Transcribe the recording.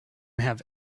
have